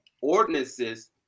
Ordinances